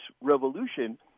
revolution